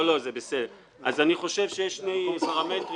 אני חושב שיש שני פרמטרים,